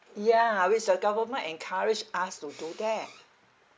ya which the government encourage us to do that